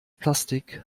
plastik